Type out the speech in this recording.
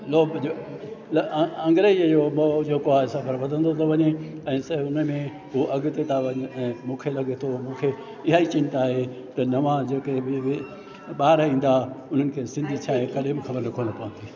लोक जो अंग्रेजी जो जेको आहे सफ़र वधंदो थो वञे ऐं से उन में उहे अॻिते था वञनि ऐं मूंखे लॻे थो मूंखे इहा ई चिंता आहे त नवां जेके बि बि ॿार ईंदा उन्हनि खे सिंधी छा आहे कॾहिं बि ख़बर कोन पवंदी